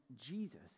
Jesus